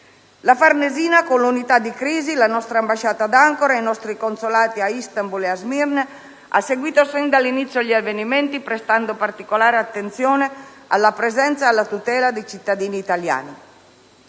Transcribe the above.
La Farnesina - con l'unità di crisi, la nostra ambasciata ad Ankara e i nostri consolati a Istanbul e Smirne - ha seguito sin dall'inizio gli avvenimenti, prestando particolare attenzione alla presenza e alla tutela di cittadini italiani.